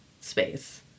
space